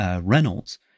Reynolds